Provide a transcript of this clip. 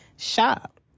Shop